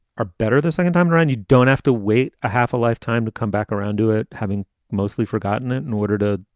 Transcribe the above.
are better the second time around you don't have to wait a half a lifetime to come back around. do it. having mostly forgotten it and ordered a.